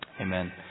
amen